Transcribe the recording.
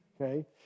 okay